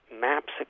maps